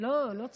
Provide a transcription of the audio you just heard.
לא, לא צחוק.